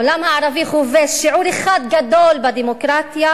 העולם הערבי חווה שיעור אחד גדול בדמוקרטיה,